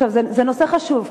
זה נושא חשוב.